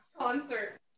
concerts